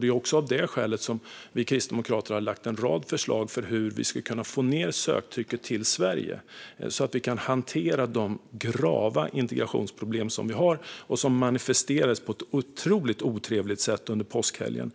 Det är också av detta skäl som vi kristdemokrater har lagt fram en rad förslag för hur vi ska kunna få ned söktrycket till Sverige så att vi kan hantera de grava integrationsproblem vi har och som manifesterades på ett otroligt otrevligt sätt under påskhelgen.